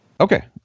Okay